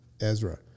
Ezra